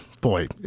boy